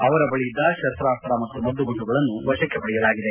ಅವರ ಬಳಿಯಿದ್ದ ಶಸ್ತಾಸ್ತ ಮತ್ತು ಮದ್ದುಗುಂಡುಗಳನ್ನು ವಶಕ್ಕೆ ಪಡೆಯಲಾಗಿದೆ